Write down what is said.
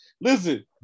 Listen